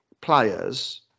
players